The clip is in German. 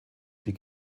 die